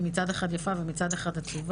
שהיא מצד אחד יפה ומצד שני עצובה.